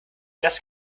das